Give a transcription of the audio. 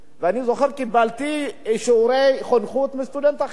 אני זוכר שקיבלתי שיעורי חונכות מסטודנט אחר.